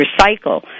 recycle –